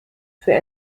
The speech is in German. für